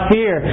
Fear